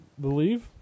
believe